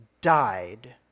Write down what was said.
died